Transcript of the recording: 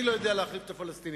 אני לא יודע להחליף את הפלסטינים.